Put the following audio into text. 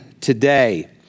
today